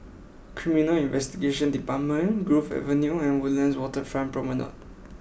Criminal Investigation Department Grove Avenue and Woodlands Waterfront Promenade